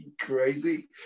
crazy